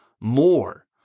more